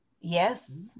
Yes